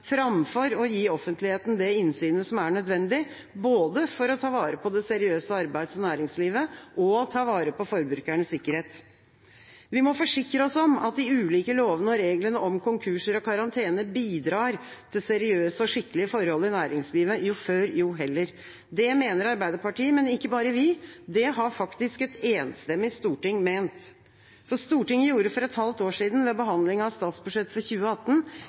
framfor å gi offentligheten det innsynet som er nødvendig, både for å ta vare på det seriøse arbeids- og næringslivet og for å ta vare på forbrukernes sikkerhet. Vi må forsikre oss om at de ulike lovene og reglene om konkurser og karantene bidrar til seriøse og skikkelige forhold i næringslivet – jo før, jo heller. Det mener Arbeiderpartiet, men ikke bare vi – det har faktisk et enstemmig storting ment. Stortinget gjorde for et halvt år siden, ved behandlingen av statsbudsjettet for 2018,